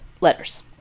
letters